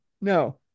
No